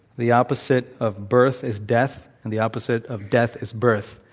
the opposite of birth is death, and the opposite of death is birth.